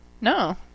no